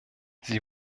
sie